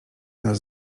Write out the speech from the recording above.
nas